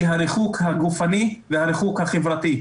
היא הריחוק הגופני והריחוק החברתי.